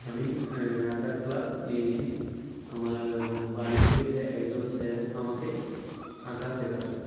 আমি আঁকার ক্লাস নিয়েছি আমার বাড়িতে এসে একজন স্যার আমাকে আঁকা শেখাতো